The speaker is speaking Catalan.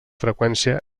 freqüència